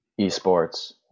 esports